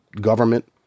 government